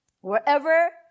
wherever